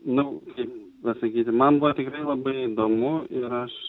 nu kaip pasakyti man buvo tikrai labai įdomu ir aš